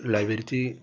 লাইব্রেরিতে